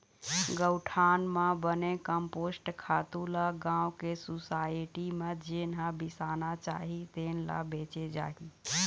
गउठान म बने कम्पोस्ट खातू ल गाँव के सुसायटी म जेन ह बिसाना चाही तेन ल बेचे जाही